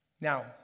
Now